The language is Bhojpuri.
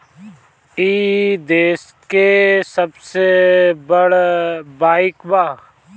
ई देस के सबसे बड़ बईक बा